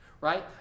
right